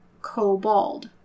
cobalt